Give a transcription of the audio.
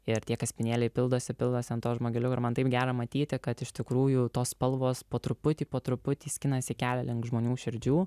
ir tie kaspinėliai pildosi pilasi ant to žmogeliuko ir man taip gera matyti kad iš tikrųjų tos spalvos po truputį po truputį skinasi kelią link žmonių širdžių